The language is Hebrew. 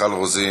מיכל רוזין,